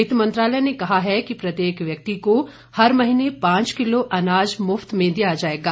वित्त मंत्रालय ने कहा है कि प्रत्येक व्यक्ति को हर महीने पांच किलो अनाज मुफ्त में दिया जाएगा